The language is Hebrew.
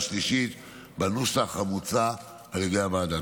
השנייה והשלישית בנוסח המוצע על ידי הוועדה.